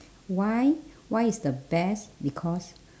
why why it's the best because